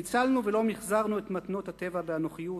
ניצלנו ולא מיחזרנו את מתנות הטבע באנוכיות.